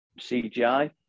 CGI